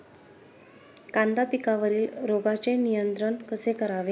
कांदा पिकावरील रोगांचे नियंत्रण कसे करावे?